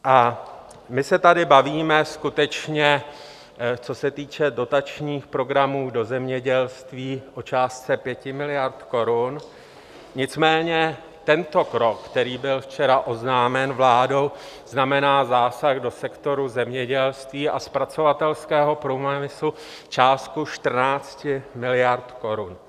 A my se tady bavíme skutečně, co se týče dotačních programů do zemědělství, o částce 5 miliard korun, nicméně tento krok, který byl včera oznámen vládou, znamená zásah do sektoru zemědělství a zpracovatelského průmyslu částkou 14 miliard korun.